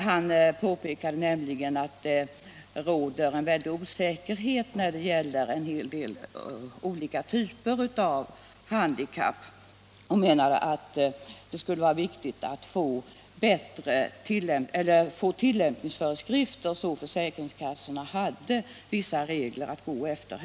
Han påpekade att det råder en väldig osäkerhet när det gäller en hel del olika typer av handikapp och menade att det skulle vara viktigt att få tillämpningsföreskrifter så att försäkringskassorna hade vissa regler att gå efter.